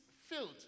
filled